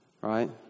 right